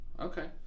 Okay